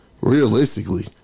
realistically